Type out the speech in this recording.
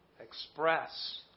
express